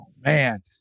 Man